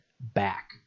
back